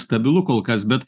stabilu kol kas bet